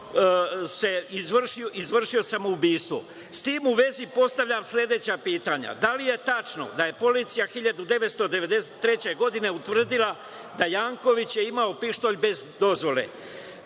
izvršio samoubistvo.S tim u vezi, postavljam sledeća pitanja – da li je tačno da je policija 1993. godine utvrdila da je Janković imao pištolj bez dozvole?